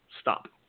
stop